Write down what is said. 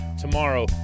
tomorrow